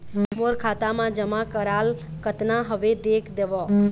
मोर खाता मा जमा कराल कतना हवे देख देव?